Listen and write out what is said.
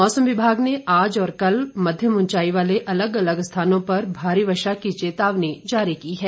मौसम विभाग ने आज और कल मध्यम ऊंचाई वाले अलग अलग स्थानों पर भारी वर्षा की चेतावनी जारी की है